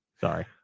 Sorry